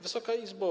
Wysoka Izbo!